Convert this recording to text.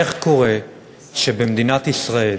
איך קורה שבמדינת ישראל